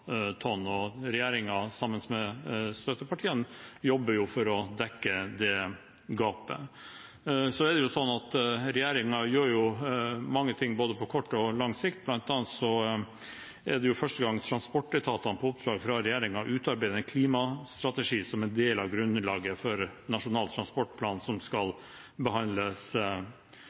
støttepartiene, jobber for å dekke det gapet. Regjeringen gjør mange ting både på kort og på lang sikt. Blant annet er det første gang transportetatene på oppdrag fra regjeringen utarbeider en klimastrategi som en del av grunnlaget for Nasjonal transportplan, som skal behandles